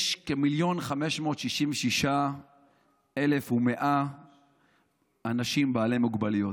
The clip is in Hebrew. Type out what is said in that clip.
יש כ-1,566,110 מיליון אנשים בעלי מוגבלויות,